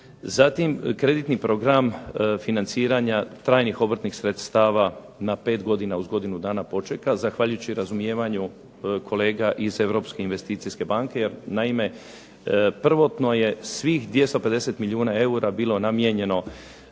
Zatim kreditni program financiranja trajnih obrtnih sredstava na 5 godina uz godinu dana počeka, zahvaljujući razumijevanju kolega iz Europske investicijske banke jer naime prvotno je svih 250 milijuna eura bilo namijenjeno